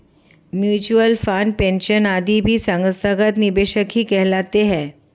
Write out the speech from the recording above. mutual fund, pension आदि भी संस्थागत निवेशक ही कहलाते हैं